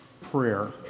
Prayer